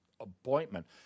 appointment